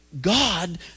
God